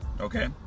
Okay